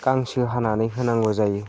गांसो हानानै होनांगौ जायो